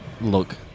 Look